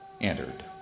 entered